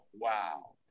wow